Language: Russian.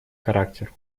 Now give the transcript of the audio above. характер